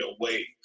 away